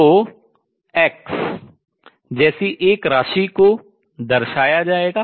तो x जैसी एक राशि को दर्शाया जाएगा